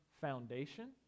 foundation